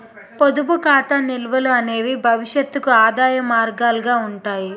పొదుపు ఖాతా నిల్వలు అనేవి భవిష్యత్తుకు ఆదాయ మార్గాలుగా ఉంటాయి